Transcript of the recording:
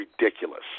ridiculous